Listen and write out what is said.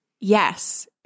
Yes